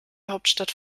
hauptstadt